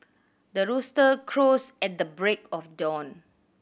the rooster crows at the break of dawn